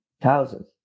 thousands